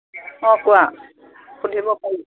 অঁ কোৱা সুধিব পাৰি